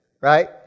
right